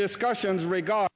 discussions regard